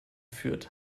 führt